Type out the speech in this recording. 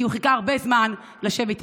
כי הוא חיכה הרבה זמן לשבת איתי,